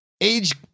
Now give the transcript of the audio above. age